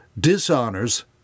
dishonors